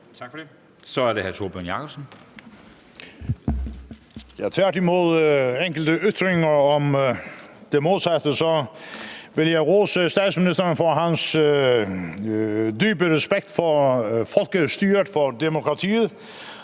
til enkelte ytringer om det modsatte vil jeg rose statsministeren for hans dybe respekt for folkestyret og for demokratiet.